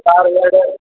car ಎರಡೇ